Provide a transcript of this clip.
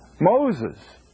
Moses